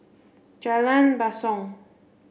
Jalan Basong